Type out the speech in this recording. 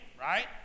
right